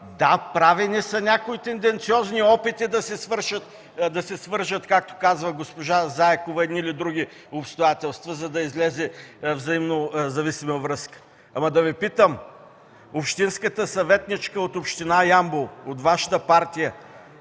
Да, правени са някои тенденциозни опити да се свържат, както каза госпожа Заякова, едни или други обстоятелства, за да излезе взаимозависима връзка. Но да Ви питам: общинската съветничка от Вашата партия